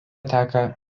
teka